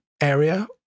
area